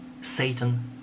Satan